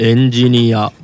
Engineer